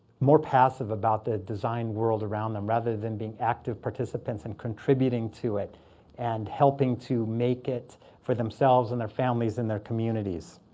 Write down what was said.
more passive about the designed world around them, rather than being active participants and contributing to it and helping to make it for themselves and their families in their communities.